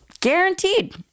guaranteed